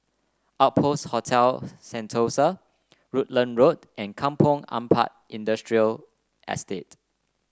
Outpost Hotel Sentosa Rutland Road and Kampong Ampat Industrial Estate